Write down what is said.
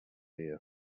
ear